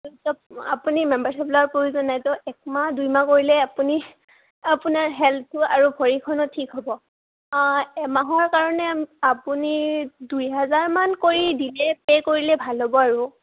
তো আপুনি মেম্বাৰশ্বিপ লোৱাৰ প্ৰয়োজন নাই তো একমাহ দুইমাহ কৰিলে আপুনি আপোনাৰ হেল্থটো আৰু ভৰিখনো ঠিক হ'ব অঁ এমাহৰ কাৰণে আপুনি দুই হাজাৰমান কৰি দিলে পে' কৰিলে ভাল হ'ব আৰু